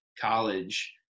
college